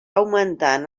augmentant